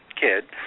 kid